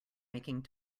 making